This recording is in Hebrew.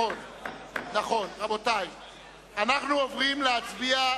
אנחנו עוברים להצביע.